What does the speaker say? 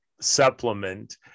supplement